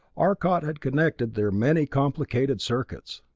arcot had connected their many complicated circuits.